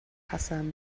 hassan